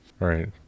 Right